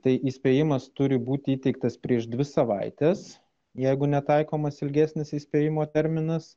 tai įspėjimas turi būti įteiktas prieš dvi savaites jeigu netaikomas ilgesnis įspėjimo terminas